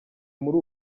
muri